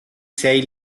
sei